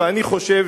ואני חושב,